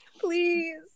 please